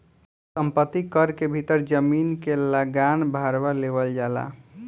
संपत्ति कर के भीतर जमीन के लागान भारवा लेवल जाला